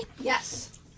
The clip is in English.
Yes